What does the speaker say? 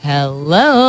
Hello